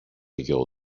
γιο